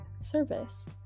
service